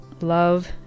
love